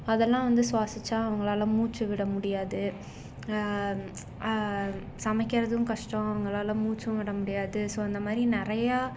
அதெல்லாம் வந்து சுவாசித்தா அவங்களால் மூச்சு விட முடியாது சமைக்கிறதும் கஷ்டம் அவங்களால் மூச்சும் விட முடியாது ஸோ அந்தமாதிரி நிறையா